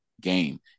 game